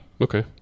okay